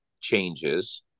changes